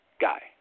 guy